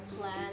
plan